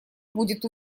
будет